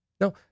No